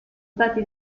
stati